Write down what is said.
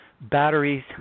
batteries